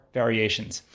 variations